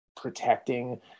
protecting